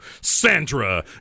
Sandra